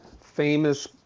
famous